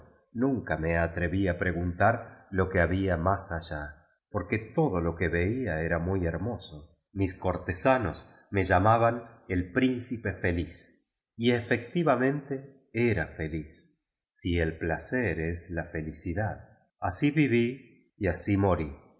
nunca mo atreví a preguntar lo que habla más allá poique todo lo que vela era muy hermo so mis cortesanos me llamaban tí príncipe feliz y efectivamente era feliz sí tí placer es la felicidad asi viví y asi morí